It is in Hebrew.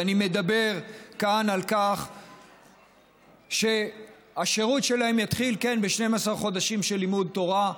ואני מדבר כאן על כך שהשירות שלהם יתחיל כן ב-12 חודשים של לימוד תורה,